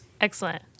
Excellent